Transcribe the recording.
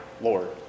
Lord